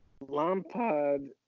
Lampard